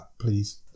please